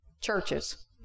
churches